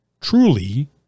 truly